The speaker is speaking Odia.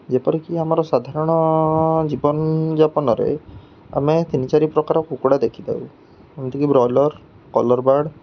ଯେପରିକି ଆମର ସାଧାରଣ ଜୀବନଯାପନରେ ଆମେ ତିନି ଚାରି ପ୍ରକାର କୁକୁଡ଼ା ଦେଖିଥାଉ ଯେମିତିକି ବ୍ରଏଲର କଲର୍ ବାର୍ଡ୍